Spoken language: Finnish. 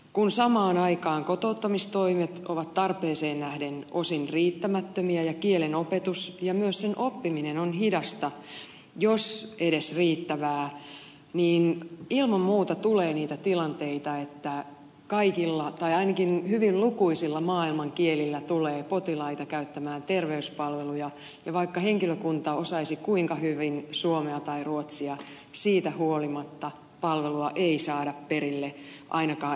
kun samaan aikaan kotouttamistoimet ovat tarpeeseen nähden osin riittämättömiä ja kielen opetus ja myös sen oppiminen on hidasta jos edes riittävää niin ilman muuta tulee niitä tilanteita että hyvin lukuisilla maailman kielillä tulee potilaita käyttämään terveyspalveluita ja vaikka henkilökunta osaisi kuinka hyvin suomea tai ruotsia siitä huolimatta palvelua ei saada perille ainakaan inhimillisellä tavalla